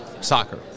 soccer